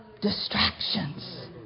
distractions